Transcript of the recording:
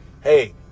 hey